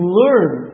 learn